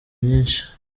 nyinshi